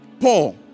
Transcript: Paul